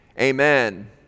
Amen